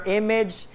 image